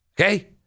Okay